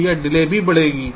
तो यह डिले भी बढ़ेगी